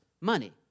money